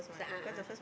a'ah a'ah